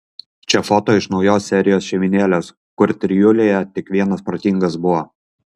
čia foto iš naujos serijos šeimynėlės kur trijulėje tik vienas protingas buvo